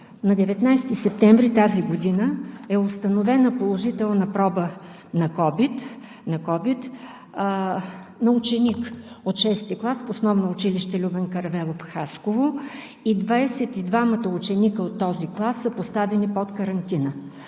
на 19 септември тази година е установена положителна проба на COVID-19 на ученик от VI клас в Основно училище „Любен Каравелов“ в Хасково. И 22-мата ученици от този клас са поставени под карантина.